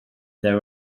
there